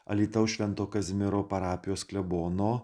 alytaus švento kazimiero parapijos klebono